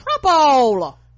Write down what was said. trouble